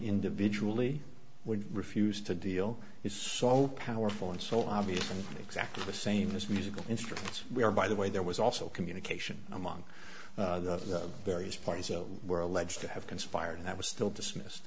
individually would refuse to deal is so powerful and so obvious from exactly the same as musical instruments we are by the way there was also communication among the various parties so were alleged to have conspired that was still dismissed